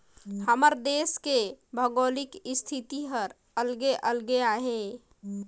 हमर देस के भउगोलिक इस्थिति हर अलगे अलगे अहे